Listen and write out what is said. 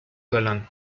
galán